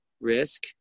risk